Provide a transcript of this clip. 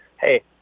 Hey